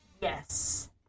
Yes